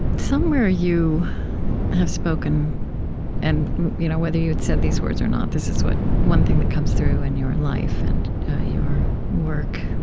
somewhere, you have spoken and you know whether you had said these words or not, this is one thing that comes through in your life and your work,